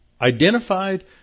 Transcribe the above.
identified